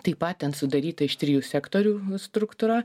taip pat ten sudaryta iš trijų sektorių struktūra